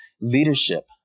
leadership